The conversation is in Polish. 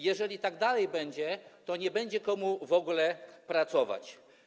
Jeżeli tak dalej będzie, to nie będzie komu w ogóle pracować.